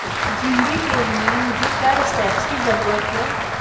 جھینگے کے لیے مجھے کیا اسٹیپس کی ضرورت ہے